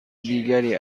دیگری